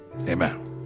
Amen